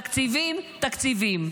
תקציבים, תקציבים.